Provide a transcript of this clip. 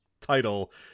title